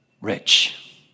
rich